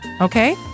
okay